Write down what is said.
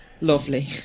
lovely